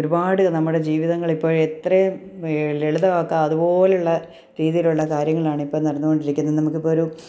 ഒരുപാട് നമ്മുടെ ജീവിതങ്ങൾ ഇപ്പോൾ എത്രയും ലളിതമാക്കാം അതുപോലെ ഉള്ള രീതിയിലുള്ള കാര്യങ്ങളാണ് ഇപ്പം നടന്നുകൊണ്ടിരിക്കുന്നത് നമുക്ക് ഇപ്പം ഒരു